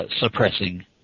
suppressing